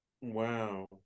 wow